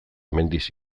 mendiz